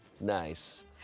Nice